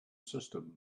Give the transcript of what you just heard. system